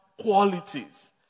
qualities